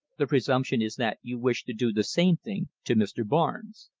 the presumption is that you wish to do the same thing to mr. barnes'.